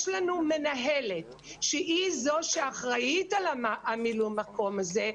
לנו מנהלת שהיא זו שאחראית על המילוי מקום הזה,